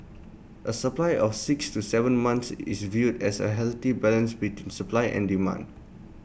A supply of six to Seven months is viewed as A healthy balance between supply and demand